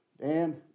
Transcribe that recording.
Dan